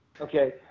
Okay